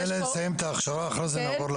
ניתן לה לסיים את ההכשרה ואחר כך נעבור לפיקוח.